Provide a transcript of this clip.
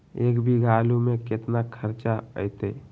एक बीघा आलू में केतना खर्चा अतै?